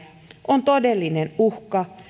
on todellinen uhka